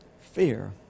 Fear